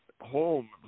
home